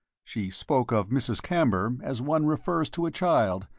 she spoke of mrs. camber as one refers to a child,